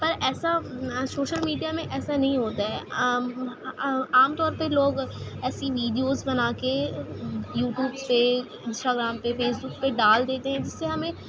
پر ایسا social media میں ایسا نہیں ہوتا ہے عام طور پہ لوگ ایسی ویڈیوز بنا کے یو ٹیوبس سے انسٹاگرام پہ فیس بک پہ ڈال دیتے ہیں جس سے ہمیں